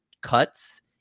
cuts